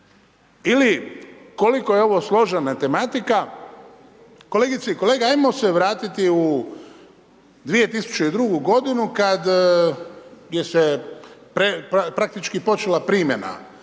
Ili koliko je ovo složena matematika. Kolegice i kolege, ajmo se vratiti u 2002. kad je se praktički počela primjena